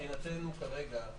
מבחינתנו כרגע,